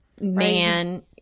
man